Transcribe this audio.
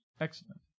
Excellent